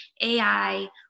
AI